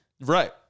Right